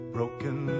Broken